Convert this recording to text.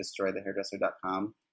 destroythehairdresser.com